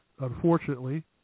unfortunately